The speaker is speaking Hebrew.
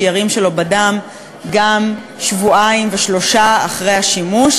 שיירים שלו בדם גם שבועיים ושלושה שבועות אחרי השימוש,